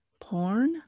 porn